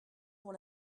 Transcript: pour